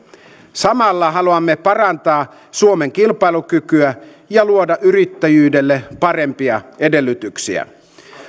samalla haluamme parantaa suomen kilpailukykyä ja luoda yrittäjyydelle parempia edellytyksiä